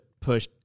push